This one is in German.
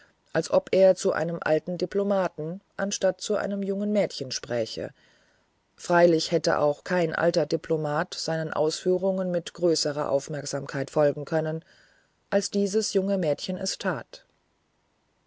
als ob er zu einem alten diplomaten anstatt zu einem jungen mädchen spräche freilich hätte auch kein alter diplomat seinen ausführungen mit größerer aufmerksamkeit folgen können als dies junge mädchen es tat